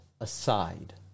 aside